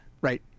right